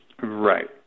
Right